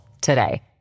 today